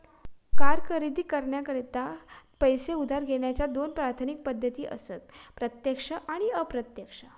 car खरेदी करण्याकरता पैसो उधार घेण्याच्या दोन प्राथमिक पद्धती असत प्रत्यक्ष आणि अप्रत्यक्ष